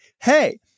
Hey